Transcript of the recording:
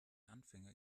anfänger